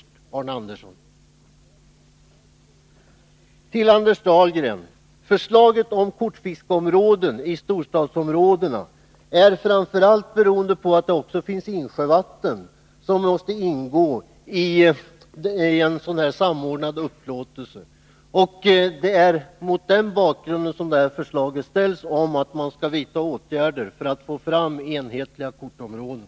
Till Anders Dahlgren: När det gäller förslaget om kortfiskeområden i storstadsområdena skall det också finnas insjövatten, som måste ingå i en samordnad upplåtelse. Det är mot den bakgrunden som förslaget framförts att man skall vidta åtgärder för att få fram enhetliga kortområden.